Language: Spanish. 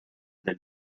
del